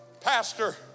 Pastor